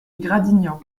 gradignan